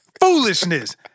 foolishness